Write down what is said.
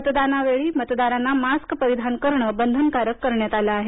मतदानावेळी मतदारांना मास्क परिधान करणं बंधनकारक केलं आहे